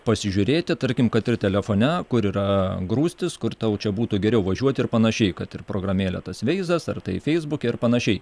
pasižiūrėti tarkim kad ir telefone kur yra grūstys kur tau čia būtų geriau važiuot ir panašiai kad ir programėlę tas veizas ar tai feisbuke ir panašiai